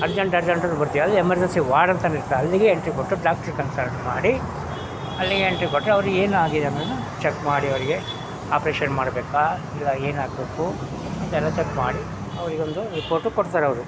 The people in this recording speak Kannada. ಅರ್ಜೆಂಟ್ ಅರ್ಜೆಂಟಲ್ಲಿ ಬರ್ತೀವಿ ಅಲ್ಲಿ ಎಮರ್ಜೆನ್ಸಿ ವಾರ್ಡ್ ಅಂತಂದ್ ಇರುತ್ತಾ ಅಲ್ಲಿಗೆ ಎಂಟ್ರಿ ಕೊಟ್ಟು ಡಾಕ್ಟ್ರಿಗೆ ಕನ್ಸಲ್ಟ್ ಮಾಡಿ ಅಲ್ಲಿಗೆ ಎಂಟ್ರಿ ಕೊಟ್ಟರೆ ಅವ್ರಿಗೆ ಏನಾಗಿದೆ ಅನ್ನೋದನ್ನ ಚೆಕ್ ಮಾಡಿ ಅವರಿಗೆ ಆಪ್ರೇಷನ್ ಮಾಡಬೇಕಾ ಇಲ್ಲ ಏನು ಆಗಬೇಕು ಆ ಥರ ಚೆಕ್ ಮಾಡಿ ಅವರಿಗೊಂದು ರಿಪೋರ್ಟು ಕೊಡ್ತಾರೆ ಅವರು